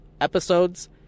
episodes